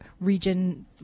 region